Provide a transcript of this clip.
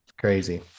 crazy